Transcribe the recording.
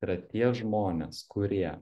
tai yra tie žmonės kurie